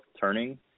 turning